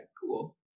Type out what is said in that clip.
cool